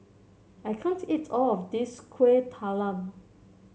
I can't eat all of this Kuih Talam